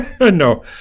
No